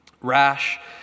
rash